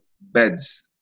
beds